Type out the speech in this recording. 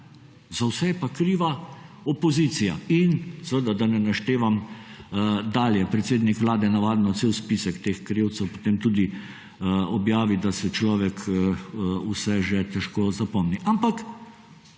za vse je pa kriva opozicija in seveda da ne naštevam dalje. Predsednik vlade navadno cel spisek teh krivcev potem tudi objavi, da se človek vse že težko zapomni.